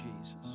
Jesus